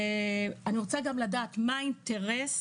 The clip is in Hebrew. אני רוצה לדעת, מה האינטרס